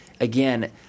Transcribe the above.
Again